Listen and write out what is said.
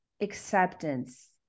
acceptance